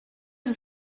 mrs